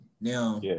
Now